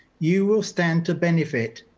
you will stand to benefit.